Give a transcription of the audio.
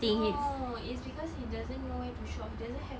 no it's cause he doesn't where to shop he doesn't have